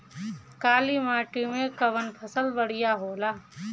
काली माटी मै कवन फसल बढ़िया होला?